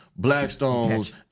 Blackstones